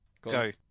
go